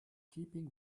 keeping